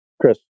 Chris